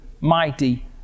mighty